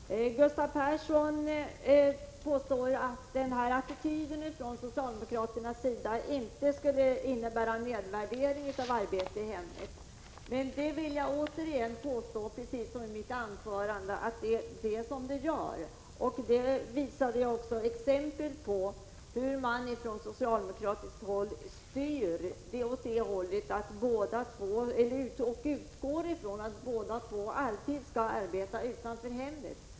Herr talman! Gustav Persson påstår att denna attityd från socialdemokraternas sida inte skulle innebära en nedvärdering av arbete i hemmet. Men jag vill återigen påstå, precis som i mitt anförande, att så är fallet. Jag gav också exempel på hur man från socialdemokratiskt håll styr utvecklingen på ett sådant här sätt och utgår från att båda makarna i en familj alltid skall arbeta utanför hemmet.